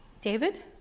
David